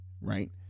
right